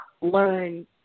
learn